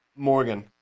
Morgan